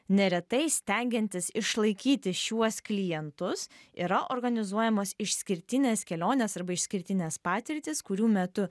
neretai stengiantis išlaikyti šiuos klientus yra organizuojamos išskirtinės kelionės arba išskirtinės patirtys kurių metu